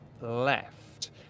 left